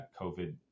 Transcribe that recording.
COVID